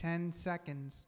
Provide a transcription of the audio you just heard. ten seconds